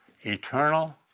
eternal